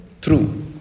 true